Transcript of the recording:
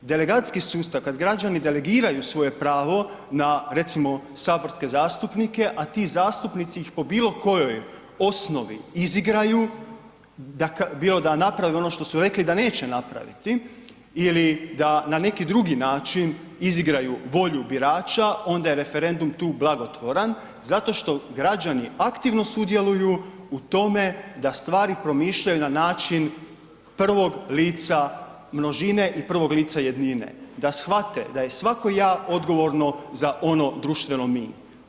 Delegacijski sustav, kad građani delegiraju svoje pravo na recimo saborske zastupnike, a ti zastupnici ih po bilo kojoj osnovi izigraju, bilo da naprave ono što su rekli da neće napraviti ili da na neki drugi način izigraju volju birača onda je referendum tu blagotvoran zato što građani aktivno sudjeluju u tome da stvari promišljaju na način prvog lica množine i prvog lica jednine, da shvate da je svako ja odgovorno za ono društveno mi.